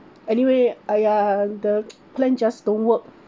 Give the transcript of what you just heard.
anyway !aiya! the plan just don't work